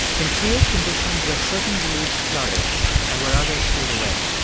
can create conditions where certain beliefs flourish and where others fade away.